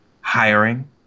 hiring